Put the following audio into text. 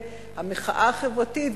המחאה החברתית,